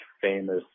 famous